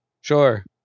Sure